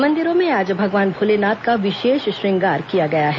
मंदिरों में आज भगवान भोलेनाथ का विशेष श्रंगार किया गया है